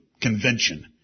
Convention